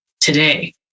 today